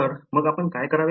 तर मग आपण काय करावे